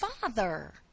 father